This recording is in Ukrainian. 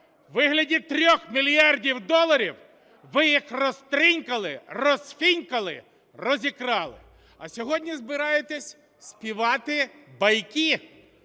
у вигляді 3 мільярдів доларів, ви їх розтринькали, розфінькали, розікрали, а сьогодні збираєтеся співати байки